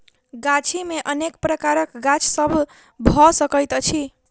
गाछी मे अनेक प्रकारक गाछ सभ भ सकैत अछि